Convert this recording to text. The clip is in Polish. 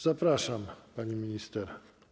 Zapraszam, pani minister.